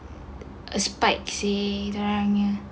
a spike seh dia orang punya